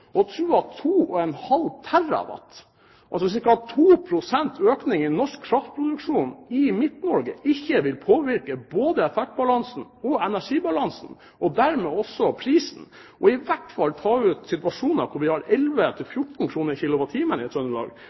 at 2,5 TW, altså ca. 2 pst. økning, i den norske kraftproduksjonen i Midt-Norge ikke vil påvirke både effektbalansen og energibalansen og dermed også prisen – og i hvert fall ta ut situasjoner der vi har